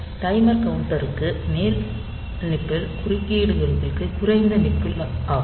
timer கவுண்டருக்கு மேல் nibble குறுக்கீடுகளுக்கு குறைந்த நிப்பிள் ஆகும்